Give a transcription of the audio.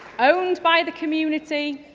owned by the community,